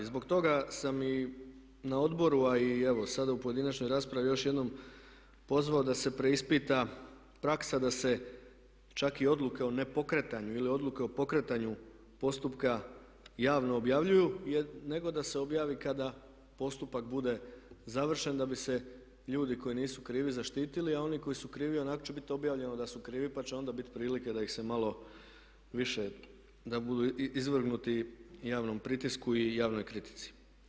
I zbog toga sam i na odboru, a i evo sada i u pojedinačnoj raspravi još jednom pozvao da se preispita praksa da se čak i odluke o nepokretanju ili odluke o pokretanju postupka javno objavljuju, nego da se objavi kada postupak bude završen da bi se ljudi koji nisu krivi zaštitili, a oni koji su krivi onak' će bit objavljeno da su krivi, pa će onda bit prilike da ih se malo više, da budu izvrgnuti javnom pritisku i javnoj kritici.